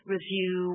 review